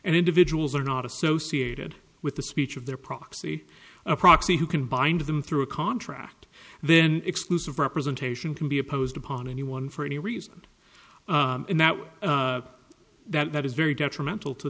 and individuals are not associated with the speech of their proxy proxy who can bind them through a contract then exclusive representation can be opposed upon anyone for any reason in that way that is very detrimental to